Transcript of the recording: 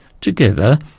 together